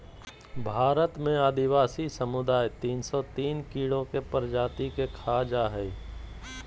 भारत में आदिवासी समुदाय तिन सो तिन कीड़ों के प्रजाति के खा जा हइ